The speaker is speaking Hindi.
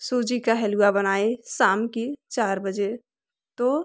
सूजी का हलुआ बनाई शाम की चार बजे तो